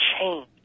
change